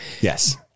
Yes